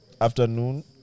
afternoon